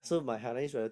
orh